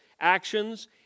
actions